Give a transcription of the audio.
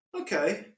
okay